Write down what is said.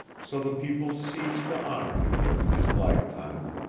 so the people ceased to honor him during his lifetime,